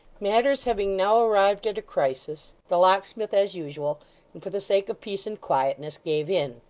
matters having now arrived at a crisis, the locksmith, as usual, and for the sake of peace and quietness, gave in.